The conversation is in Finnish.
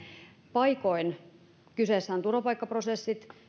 paikoin kyseessä ovat turvapaikkaprosessit